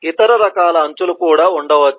ఇతర రకాల అంచులు కూడా ఉండవచ్చు